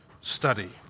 study